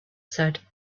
said